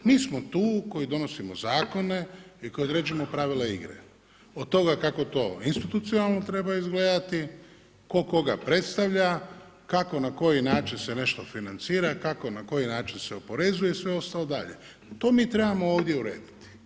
Mi smo tu koji donosimo zakone i koji određujemo pravila igre od toga kako to institucionalno treba izgledati, tko koga predstavlja, kako na koji način se nešto financira, kako na koji način se oporezuje i sve ostalo dalje, to mi trebamo ovdje urediti.